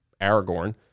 Aragorn